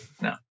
No